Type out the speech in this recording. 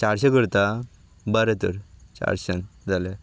चारशें करता बरें तर चारशान जालें